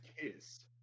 Kiss*